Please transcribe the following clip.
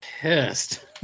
pissed